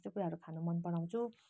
त्यस्तो कुराहरू खानु मनपराउँछु